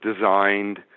designed